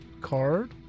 card